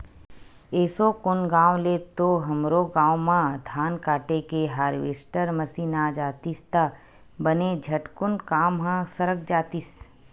एसो कोन गाँव ले तो हमरो गाँव म धान काटे के हारवेस्टर मसीन आ जातिस त बने झटकुन काम ह सरक जातिस